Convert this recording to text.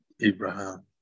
Abraham